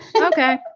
okay